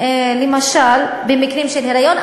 למשל במקרים של היריון,